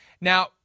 Now